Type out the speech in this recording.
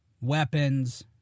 weapons